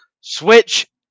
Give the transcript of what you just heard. Switch